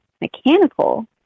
mechanical